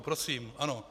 Prosím, ano.